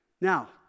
Now